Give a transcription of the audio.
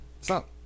Stop